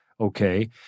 Okay